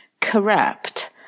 corrupt